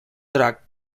track